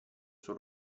suo